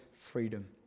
freedom